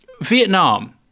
Vietnam